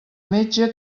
metge